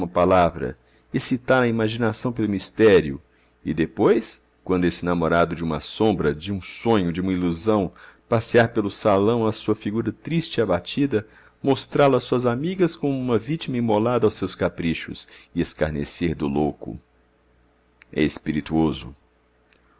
palavra excitar a imaginação pelo mistério e depois quando esse namorado de uma sombra de um sonho de uma ilusão passear pelo salão a sua figura triste e abatida mostrá-lo a suas amigas como uma vítima imolada aos seus caprichos e escarnecer do louco é espirituoso